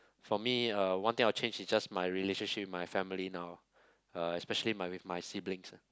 for me uh one thing I will change is just my relationship with my family now uh especially my with my siblings ah